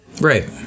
right